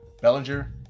Bellinger